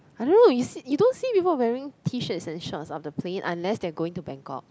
I don't know you see you don't see people wearing T-shirts and shorts on the plane unless they are going to Bangkok